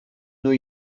new